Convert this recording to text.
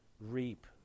reap